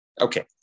okay